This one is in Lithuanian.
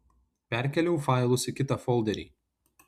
perkėliau failus į kitą folderį